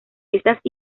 estas